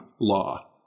law